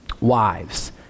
wives